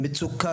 שמצוקה